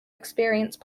experience